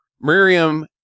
miriam